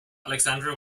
alexandra